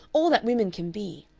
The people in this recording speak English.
all that women can be.